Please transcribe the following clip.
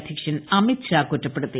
അധ്യക്ഷൻ അമിത്ഷാ കുറ്റ പ്പെടുത്തി